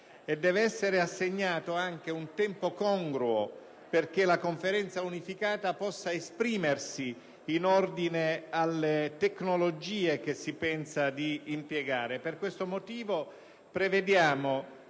deve essere assegnato un tempo congruo perché la Conferenza unificata possa esprimersi in ordine alle tecnologie che si pensa di impiegare. Per questo motivo chiediamo